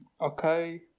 Okay